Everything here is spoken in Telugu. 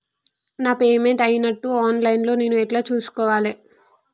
నా పేమెంట్ అయినట్టు ఆన్ లైన్ లా నేను ఎట్ల చూస్కోవాలే?